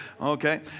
okay